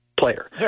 player